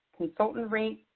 consultant rates,